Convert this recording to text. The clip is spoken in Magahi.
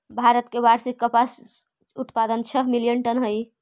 भारत के वार्षिक कपास उत्पाद छः मिलियन टन हई